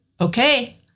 okay